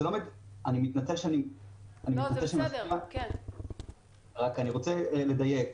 אני מתנצל, אבל אני רוצה לדייק.